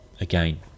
again